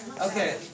Okay